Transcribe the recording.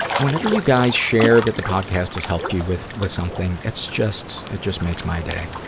whenever you guys share that the podcast has helped you with, with something, it's just, it just makes my day.